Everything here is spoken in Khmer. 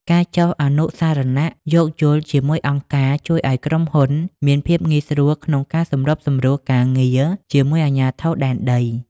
ការចុះអនុស្សរណៈយោគយល់ជាមួយអង្គការ ជួយឱ្យក្រុមហ៊ុនមានភាពងាយស្រួលក្នុងការសម្របសម្រួលការងារជាមួយអាជ្ញាធរដែនដី។